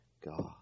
God